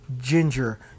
Ginger